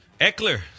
Eckler